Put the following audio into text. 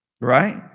Right